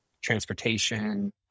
transportation